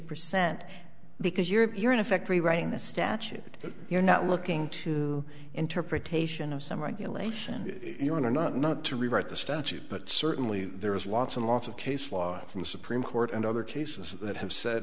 percent because you're in effect rewriting the statute that you're not looking to interpretation of some regulation you want or not not to rewrite the statute but certainly there is lots and lots of case law from the supreme court and other cases that have said